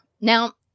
Now